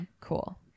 Cool